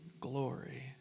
glory